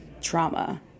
trauma